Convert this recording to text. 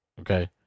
okay